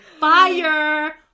fire